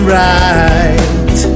right